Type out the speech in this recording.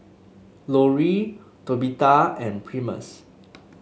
Lori Tabitha and Primus